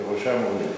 בראשם אורלב.